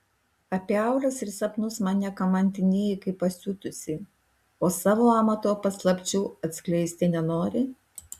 apie auras ir sapnus mane kamantinėji kaip pasiutusi o savo amato paslapčių atskleisti nenori